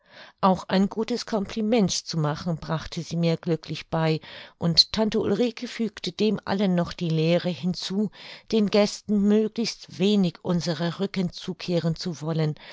auch ein gutes compliment zu machen brachte sie mir glücklich bei und tante ulrike fügte dem allen noch die lehre hinzu den gästen möglichst wenig unsere rücken zukehren zu wollen